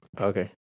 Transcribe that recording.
Okay